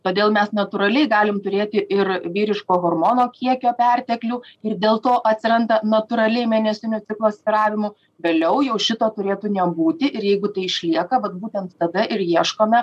todėl mes natūraliai galim turėti ir vyriško hormono kiekio perteklių ir dėl to atsiranda natūraliai mėnesinių ciklo svyravimų vėliau jau šito turėtų nebūti ir jeigu tai išlieka vat būtent tada ir ieškome